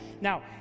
now